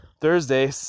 Thursday